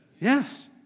Yes